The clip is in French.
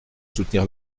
soutenir